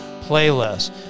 playlist